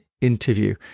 interview